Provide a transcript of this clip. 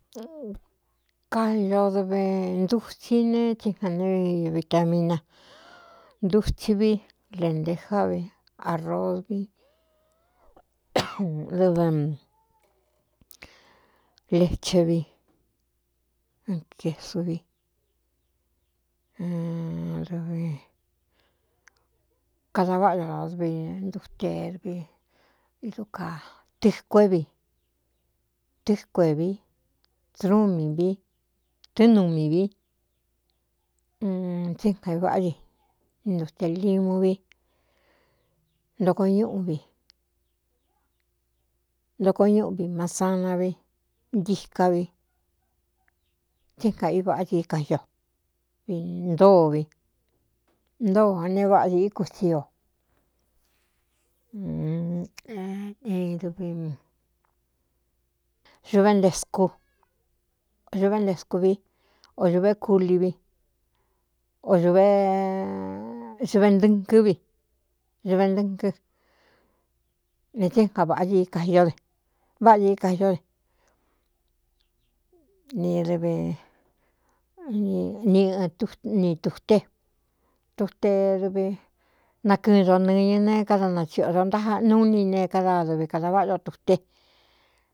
Kayo dve ndutsi ne tsiga ne vitamina ndutsɨ vi lendejá vi arosvi dv lechevi kēsuvidvkada váꞌa ño rosvi nduterviidu kātɨkué vi tɨ́kue vi srú mi vi tɨꞌnu mi vitsínga i váꞌá di ntutelimu vi ntoko ñꞌvi ntoko ñúꞌu vi masana vi ntíka vi tsɨnga i vaꞌá tsi íka io vi ntóo vi ntōó a neé váꞌa i íkusiondvzuvenlescu vi o dūvé kuli vi o ūveuve ndɨ̄ꞌkɨ́ vi uvendɨ́kɨ́ ne tsi nga vaꞌá i íkai de váꞌa di í kaió de ni dvi ni ɨꞌɨ ni tuté tutedvi nakɨɨn do nɨñɨ nēé káda nachiꞌo do ntaa núu ni neé kádadɨvi kada váꞌa yo tuté.